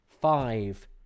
five